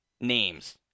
names